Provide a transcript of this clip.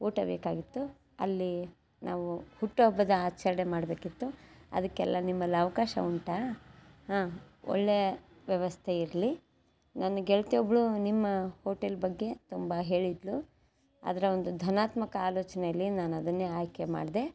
ಊಟ ಬೇಕಾಗಿತ್ತು ಅಲ್ಲಿ ನಾವು ಹುಟ್ಟುಹಬ್ಬದ ಆಚರಣೆ ಮಾಡಬೇಕಿತ್ತು ಅದಕ್ಕೆಲ್ಲ ನಿಮ್ಮಲ್ಲಿ ಅವಕಾಶ ಉಂಟಾ ಹಾಂ ಒಳ್ಳೆಯ ವ್ಯವಸ್ಥೆ ಇರಲಿ ನನ್ನ ಗೆಳತಿ ಒಬ್ಬಳು ನಿಮ್ಮ ಹೋಟೆಲ್ ಬಗ್ಗೆ ತುಂಬ ಹೇಳಿದ್ಲು ಅದರ ಒಂದು ಧನಾತ್ಮಕ ಆಲೋಚನೆಯಲ್ಲಿ ನಾನು ಅದನ್ನೇ ಆಯ್ಕೆ ಮಾಡಿದೆ